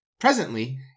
Presently